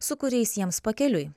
su kuriais jiems pakeliui